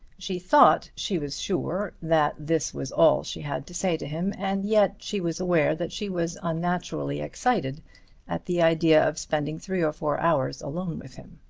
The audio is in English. she thought she was sure that this was all she had to say to him, and yet she was aware that she was unnaturally excited at the idea of spending three or four hours alone with him.